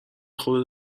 خودت